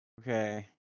Okay